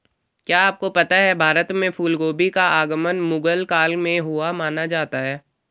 क्या आपको पता है भारत में फूलगोभी का आगमन मुगल काल में हुआ माना जाता है?